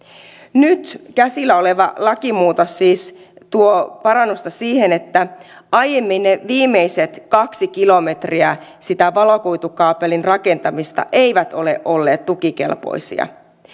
nyt käsillä oleva lakimuutos siis tuo parannusta siihen että aiemmin viimeiset kaksi kilometriä sitä valokuitukaapelin rakentamista eivät ole olleet tukikelpoisia